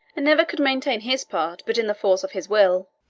and never could maintain his part but in the force of his will.